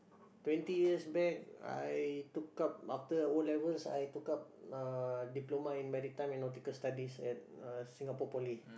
twenty years back I took up after o-levels I took up uh diploma in maritime and nautical studies at uh Singapore-Poly